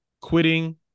quitting